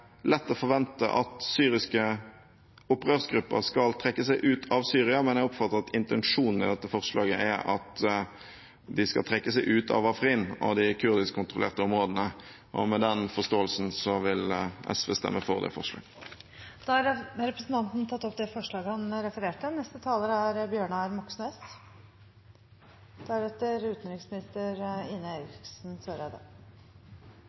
lett å forvente at syriske opprørsgrupper skal trekke seg ut av Syria, men jeg oppfatter at intensjonen med dette forslaget er at de skal trekke seg ut av Afrin og de kurdiskkontrollerte områdene. Med den forståelsen vil SV stemme for forslaget. Representanten Audun Lysbakken har tatt opp det forslaget han refererte